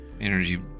energy